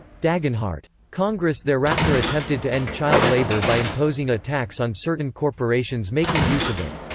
dagenhart. congress thereafter attempted to end child labor by imposing a tax on certain corporations making use of it.